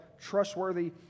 trustworthy